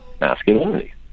masculinity